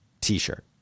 t-shirt